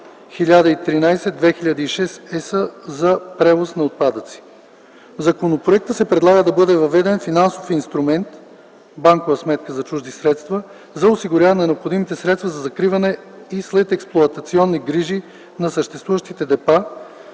1013/2006/ЕС за превози на отпадъци. В законопроекта се предлага да бъде въведен финансов инструмент (банкова сметка за чужди средства) за осигуряване на необходимите средства за закриване и следексплоатационни грижи на съществуващи депа,